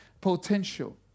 potential